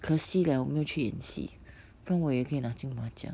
可惜 leh 我没有去演戏不然我也可以拿金马奖